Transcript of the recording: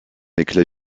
éclat